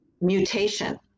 mutation